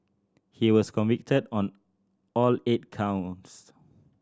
he was convicted on all eight counts